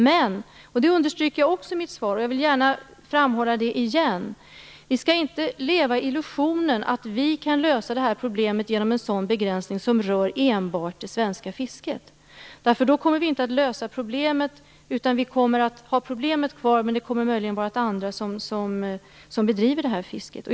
Men, vilket jag också understryker i mitt svar och vill framhålla igen, vi skall inte leva i illusionen att vi kan lösa detta problem genom en sådan begränsning som rör enbart det svenska fisket. Då kommer vi inte att lösa problemet, utan vi kommer att ha problemet kvar men att det möjligen kommer att vara andra som bedriver detta fiske.